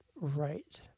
right